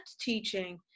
teaching